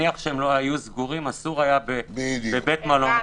נניח שהם לא היו סגורים אסור היה בבית מלון.